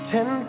Ten